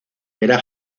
era